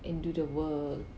and do the work